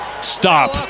Stop